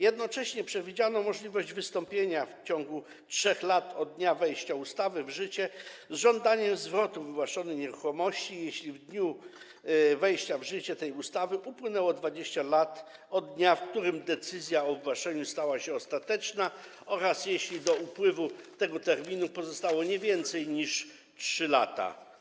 Jednocześnie przewidziano możliwość wystąpienia w ciągu 3 lat od dnia wejścia ustawy w życie z żądaniem zwrotu wywłaszczonej nieruchomości, jeśli w dniu wejścia w życie tej ustawy upłynęło 20 lat od dnia, w którym decyzja o wywłaszczeniu stała się ostateczna, oraz jeśli do upływu tego terminu pozostało nie więcej niż 3 lata.